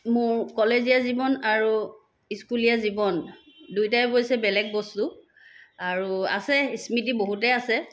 মোৰ কলেজীয়া জীৱন আৰু স্কুলীয়া জীৱন দুইটাই অৱশ্যে বেলেগ বস্তু আৰু আছে স্মৃতি বহুতেই আছে